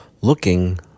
looking